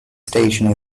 station